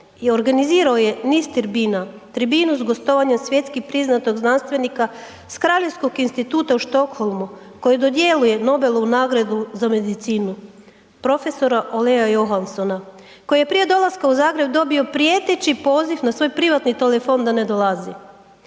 organizirao je niz tribina, tribinu s gostovanja svjetski priznatog znanstvenika s Kraljevskog instituta u Stockholmu koji dodjeljuje Nobelovu nagradu za medicinu prof. .../Govornik se ne razumije./... Johansona koji prije dolaska u Zagreb dobio prijeteći poziv na svoj privatni telefon da ne dolazi.